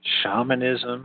shamanism